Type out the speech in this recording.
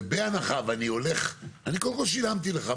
ובהנחה ואני הולך, אני קודם כל שילמתי לך.